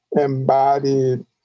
embodied